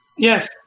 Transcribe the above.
Yes